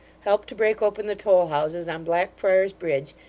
helped to break open the toll-houses on blackfriars bridge,